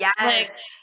Yes